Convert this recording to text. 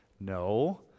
No